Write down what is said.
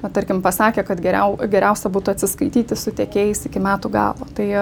na tarkim pasakė kad geriau geriausia būtų atsiskaityti su tiekėjais iki metų galo tai